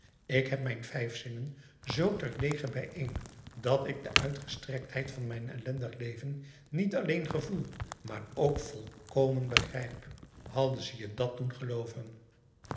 ik heb mijn vijf zinnen zoo terdege bijeen dat ik de uitgestrektheid van mijn ellendig leven niet alleen gevoel maar ook volkomen begrijp hadden ze je dat doen gelooven